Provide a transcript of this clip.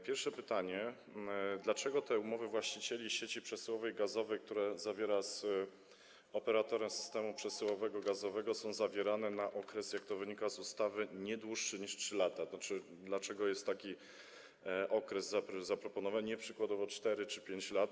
Pierwsze pytanie: Dlaczego te umowy właścicieli sieci przesyłowej gazowej, które zawiera się z operatorem systemu przesyłowego gazowego, są zawierane na okres, jak to wynika z ustawy, nie dłuższy niż 3 lata, tzn. dlaczego jest taki okres zaproponowany, a nie przykładowo 4 czy 5 lat?